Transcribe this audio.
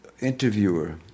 interviewer